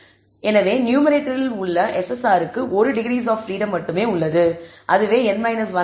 எனவே நியூமேரேட்டரில் உள்ள SSR க்கு ஒரு டிகிரீஸ் ஆப் பிரீடம் மட்டுமே உள்ளது அது n 1 ஆகும்